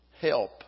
help